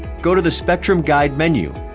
go to the spectrum guide menu,